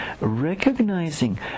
recognizing